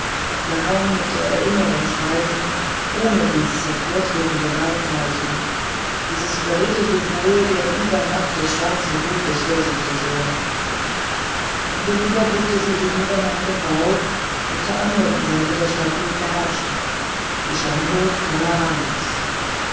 ja kaum mit der erinnerung streifen ohne dies hervortretende wahrzeichen dies beredte symbol der übermacht des schwarzen blutes vor sich zu sehen um so lieber blickte sie hinüber nach dem bau der zur anderen seite das stadtbild beherrschte die stammburg kala ramas